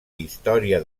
història